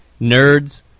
nerds